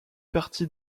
partie